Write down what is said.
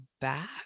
back